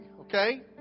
okay